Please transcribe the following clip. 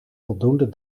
voldoende